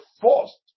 forced